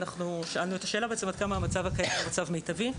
אנחנו שאלנו את השאלה עד כמה המצב הקיים הוא מצב מיטבי.